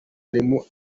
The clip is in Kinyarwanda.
harimo